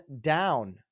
down